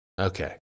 Okay